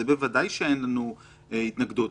זה נוגד את כל מה שאני יודע,